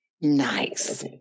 Nice